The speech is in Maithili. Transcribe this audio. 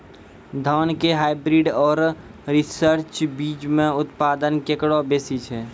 धान के हाईब्रीड और रिसर्च बीज मे उत्पादन केकरो बेसी छै?